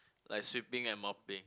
like sweeping and mopping